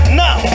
now